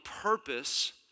purpose